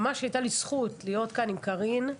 הייתה לי הזכות להיות כאן עם קארין,